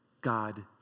God